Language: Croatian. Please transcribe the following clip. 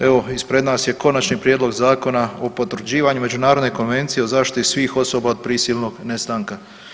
Evo ispred nas je Konačni prijedlog zakona o potvrđivanju Međunarodne konvencije o zaštiti svih osoba od prisilnog nestanka.